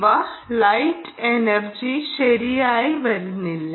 ഇവിടെ light energy ശരിയായി വരുന്നില്ല